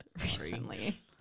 recently